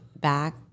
back